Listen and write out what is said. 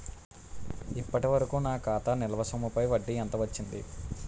ఇప్పటి వరకూ నా ఖాతా నిల్వ సొమ్ముపై వడ్డీ ఎంత వచ్చింది?